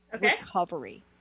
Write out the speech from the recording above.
recovery